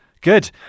good